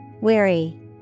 Weary